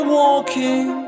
walking